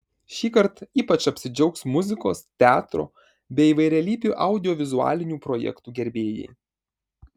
šįkart ypač apsidžiaugs muzikos teatro bei įvairialypių audiovizualinių projektų gerbėjai